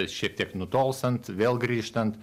šiek tiek nutolstant vėl grįžtant